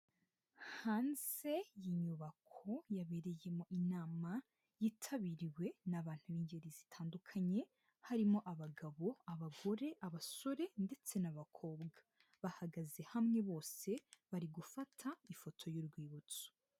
Hanze y'inyubako yabereyemo inama yitabiriwe n'abantu b'ingeri zitandukanye harimo abagabo, abagore, abasore ndetse n'abakobwa, bahagaze hamwe bose bari gufata ifoto y'urwibutso.